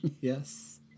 Yes